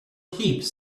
heaps